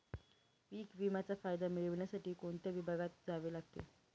पीक विम्याचा फायदा मिळविण्यासाठी कोणत्या विभागात जावे लागते?